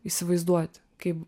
įsivaizduoti kaip